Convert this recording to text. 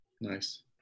Nice